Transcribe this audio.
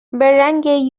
barangay